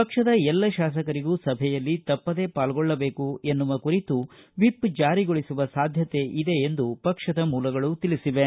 ಪಕ್ಷದ ಎಲ್ಲ ಶಾಸಕರಿಗೂ ಸಭೆಯಲ್ಲಿ ತಪ್ಪದೇ ಪಾಲ್ಗೊಳ್ಳಬೇಕು ಎನ್ನುವ ಕುರಿತು ವಿಪ್ ಜಾರಿಗೊಳಿಸುವ ಸಾಧ್ಯತೆ ಇದೆ ಎಂದು ಪಕ್ಷದ ಮೂಲಗಳು ತಿಳಿಸಿವೆ